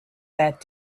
that